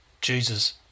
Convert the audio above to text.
Jesus